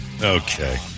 Okay